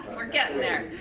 we're getting there.